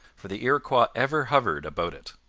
for the iroquois ever hovered about it.